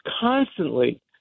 constantly